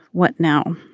what now.